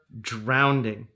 drowning